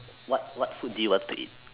what what food do you want to eat